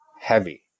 heavy